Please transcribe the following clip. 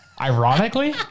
ironically